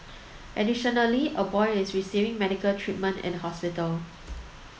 additionally a boy is receiving medical treatment in hospital